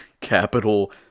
Capital